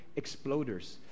exploders